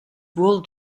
wool